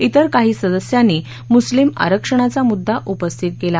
जिर काही सदस्यांनी मुस्लिम आरक्षणाचा मुद्दा उपस्थित केला